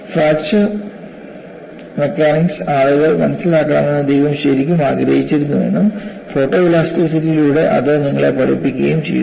fracture mechanics ആളുകൾ മനസ്സിലാക്കണമെന്ന് ദൈവം ശരിക്കും ആഗ്രഹിച്ചിരുന്നുവെന്നും ഫോട്ടോ ഇലാസ്റ്റിറ്റിയിലൂടെ അത് നിങ്ങളെ പഠിപ്പിക്കുകയും ചെയ്തു